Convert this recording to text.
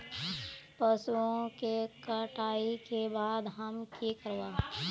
पशुओं के कटाई के बाद हम की करवा?